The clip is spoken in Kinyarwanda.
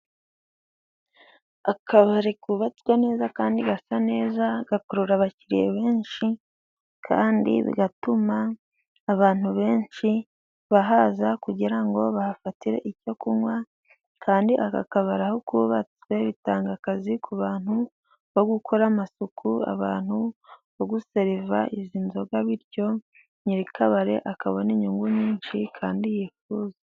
Akabari kubabatswe neza kandi gasa neza gakurura abakiriya benshi kandi bigatuma abantu benshi bahaza kugira ngo bahafatire icyo kunywa kandi aka kabari aho kubatswe bitanga akazi ku bantu bo gukora amasuku, abantu bo guseriva izi nzoga bityo nyir'ikabari akabona n'inyungu nyinshi kandi yifuza.